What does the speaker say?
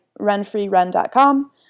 runfreerun.com